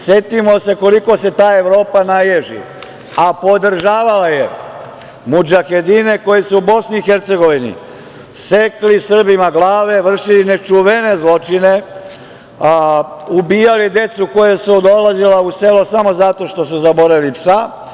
Setimo se koliko se ta Evropa naježi, a podržavala je mudžahedine koji su u BiH sekli Srbima glave, vršili nečuvene zločine, ubijali decu koja su dolazila u selo samo zato što su zaboravili psa.